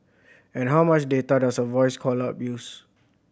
and how much data does a voice call up use